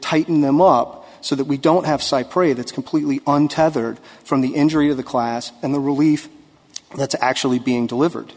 tighten them up so that we don't have cypre that's completely untethered from the injury of the class and the relief that's actually being delivered